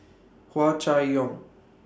Hua Chai Yong